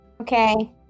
Okay